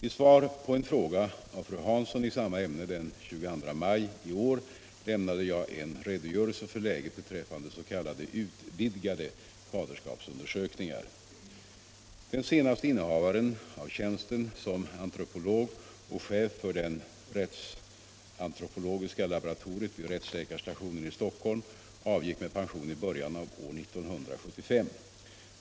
I svar på en fråga av fru Hansson i samma ämne den 22 maj i år lämnade jag en redogörelse för läget beträffande s.k. utvidgade faderskapsundersökningar. Den senaste innehavaren av tjänsten som antropolog och chef för det rättsantropologiska laboratoriet vid rättsläkarstationen i Stockholm avgick med pension i början av år 1975.